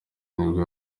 nibwo